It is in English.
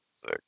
sick